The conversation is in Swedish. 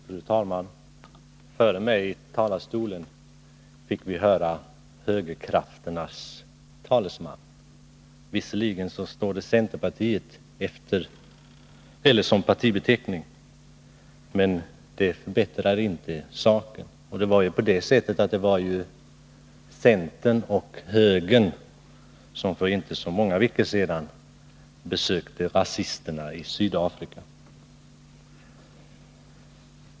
Fru talman! Före mig i talarstolen var en talesman för högerkrafterna — låt vara att det står ”centerpartiet” på hans partibeteckning. Men det förbättrar inte saken. Det var ju också representanter för centern och högern som för inte så många veckor sedan besökte rasisterna i Sydafrika.